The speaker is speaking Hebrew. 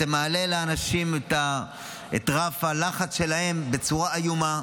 אתם מעלים לאנשים את רף הלחץ שלהם בצורה איומה,